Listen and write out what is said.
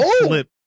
flip